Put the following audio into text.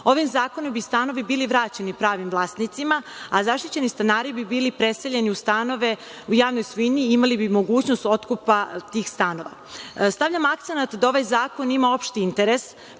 Ovim zakonom bi stanovi bili vraćeni pravim vlasnicima, a zaštićeni stanari bi bili preseljeni u stanove u javnoj svojini i imali bi mogućnost otkupa tih stanova. Stavljam akcenat na to da ovaj zakon ima opšti interes